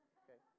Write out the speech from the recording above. okay